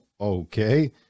Okay